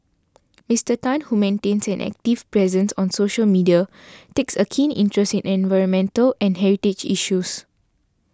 Mister Tan who maintains an active presence on social media takes a keen interest in environmental and heritage issues